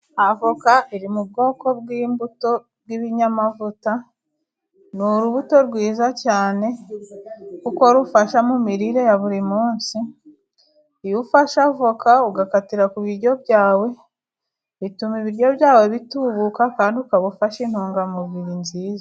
Avoka iri mu bwoko bw'imbuto bw'ibinyamavuta ,ni urubuto rwiza cyane kuko rufashamo imirire ya buri munsi, iyo ufashe avoka ugakatira ku biryo byawe ,bituma ibiryo byawe bitubukaka ,kandi ukaba ufasha intungamubiri nziza.